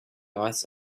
ice